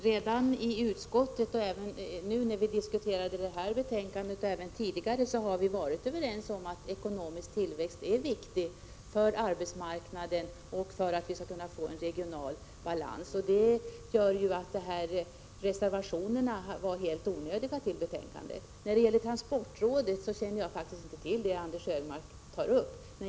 Herr talman! Redan i utskottet, nu och även tidigare har vi varit överens om att ekonomisk tillväxt är viktig för arbetsmarknaden och för regional balans. Därför var reservationerna helt onödiga. Beträffande transportrådet måste jag säga att jag faktiskt inte känner till det som Anders Högmark tog upp.